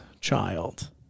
child